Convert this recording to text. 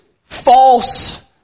false